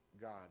God